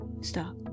Stop